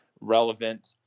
relevant